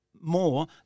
more